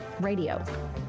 Radio